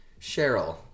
cheryl